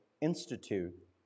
Institute